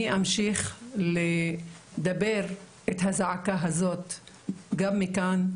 אני אמשיך לדבר את הזעקה הזאת גם מכאן,